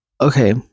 okay